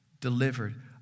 delivered